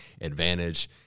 advantage